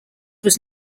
was